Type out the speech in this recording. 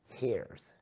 hairs